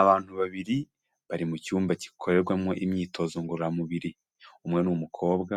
Abantu babiri bari mucyumba gikorerwamo imyitozo ngororamubiri, umwe niumukobwa